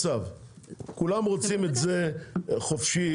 כולם רוצים את זה חופשי